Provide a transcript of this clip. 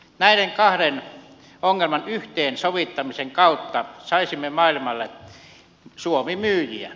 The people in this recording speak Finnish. näiden kahden ongelman yhteensovittamisen kautta saisimme maailmalle suomi myyjiä